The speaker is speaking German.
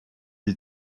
die